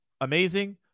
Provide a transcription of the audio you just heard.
amazing